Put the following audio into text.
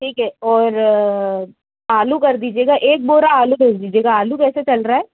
ठीक है और आलू कर दीजिएगा एक बोरा आलू भेज दीजिएगा आलू कैसे चल रहा है